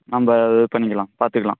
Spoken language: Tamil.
நம்ம இது பண்ணிக்கலாம் பார்த்துக்கலாம்